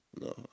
no